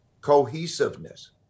cohesiveness